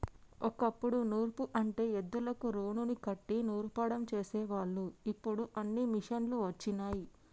ఓ కప్పుడు నూర్పు అంటే ఎద్దులకు రోలుని కట్టి నూర్సడం చేసేవాళ్ళు ఇప్పుడు అన్నీ మిషనులు వచ్చినయ్